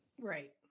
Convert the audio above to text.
right